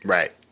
Right